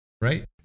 right